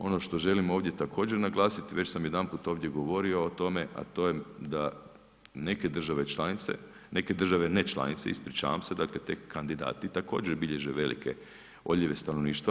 Ono što želim ovdje također naglasiti, već sam jedanput ovdje govorio o tome a to je da neke države članice, neke države ne članice, ispričavam se, dakle tek kandidati, također bilježe velike odljeve stanovništva.